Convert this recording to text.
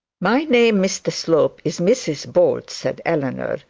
my name, mr slope, is mrs bold said eleanor,